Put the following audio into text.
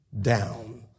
down